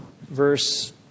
verse